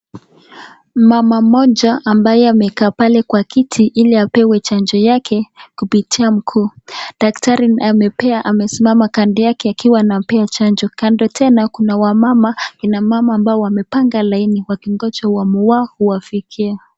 Mama mmoja, ambaye amekaa pale kwa kiti, ili apewe chanjo yake, kupitia mguu, daktari ame, pia amesimaa kando yake akiwa anampea chanjo, kando tena, kuna wamama, kina mama ambao wamepanga laini, wakingoja uwamu wao, uwafikie.